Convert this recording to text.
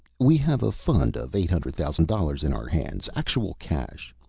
we have a fund of eight hundred thousand dollars in our hands, actual cash.